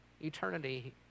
eternity